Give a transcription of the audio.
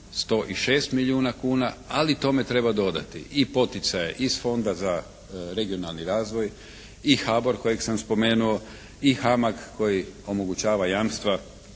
106 milijuna kuna. Ali tome treba dodati i poticaje iz Fonda za regionalni razvoj i HABOR kojeg sam spomenuo. I HAMAG koji omogućava jamstva